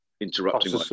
interrupting